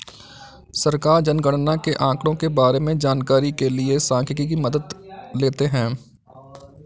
सरकार जनगणना के आंकड़ों के बारें में जानकारी के लिए सांख्यिकी की मदद लेते है